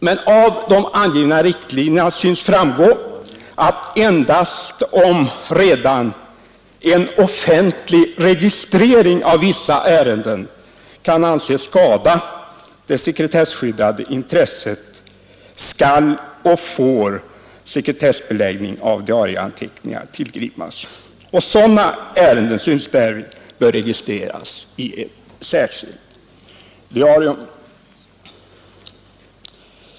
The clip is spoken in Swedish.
Men av de angivna riktlinjerna synes framgå att endast om redan en offentlig registrering av vissa ärenden kan anses skada det sekretesskyddade intresset skall och får sekretessbeläggning av diarieanteckningen tillgripas. Sådana ärenden synes därvid böra registreras i ett särskilt diarium.